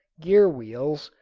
gear-wheels,